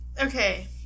okay